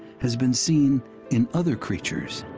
has been seen in other creatures,